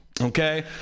okay